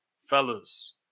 Fellas